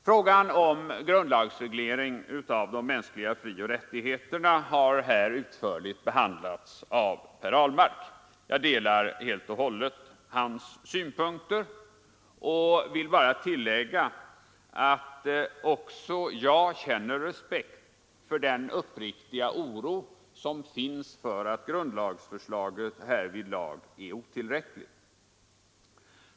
Frågan om grundlagsreglering av de mänskliga frioch rättigheterna har här utförligt behandlats av herr Ahlmark. Jag delar helt och hållet hans synpunkter och vill bara tillägga att också jag känner respekt för den uppriktiga oro som finns för att grundlagsförslaget härvidlag är otillräckligt.